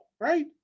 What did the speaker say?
right